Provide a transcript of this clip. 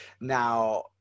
now